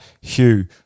Hugh